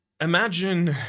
Imagine